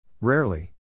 Rarely